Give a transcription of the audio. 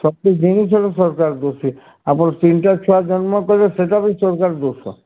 ପ୍ରତି ଜିନିଷର ସରକାର ଦୋଷୀ ଆପଣ ତିନିଟା ଛୁଆ ଜନ୍ମ କଲେ ସେଇଟା ବି ସରକାରର ଦୋଷ